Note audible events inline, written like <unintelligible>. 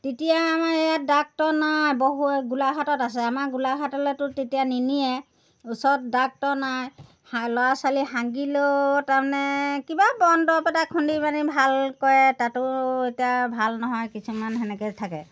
তেতিয়া আমাৰ ইয়াত ডাক্তৰ নাই বহু <unintelligible> গোলাঘাটত আছে আমাৰ গোলাঘাটলেতো তেতিয়া নিনিয়ে ওচৰত ডাক্তৰ নাই ল'ৰা ছোৱালী হাগিলেও তাৰমানে কিবা বন দৰৱ এটা খুন্দি পিনি কিবা ভালকে তাতো এতিয়া ভাল নহয় কিছুমান তেনেকে থাকে